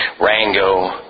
Rango